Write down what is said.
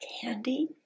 candy